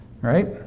right